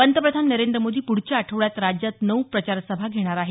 पंतप्रधान नरेंद्र मोदी पुढच्या आठवड्यात राज्यात नऊ प्रचार सभा घेणार आहेत